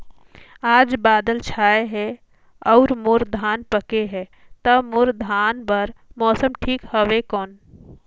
आज बादल छाय हे अउर मोर धान पके हे ता मोर धान बार मौसम ठीक हवय कौन?